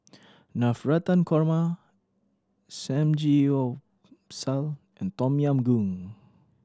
Navratan Korma Samgyeopsal and Tom Yam Goong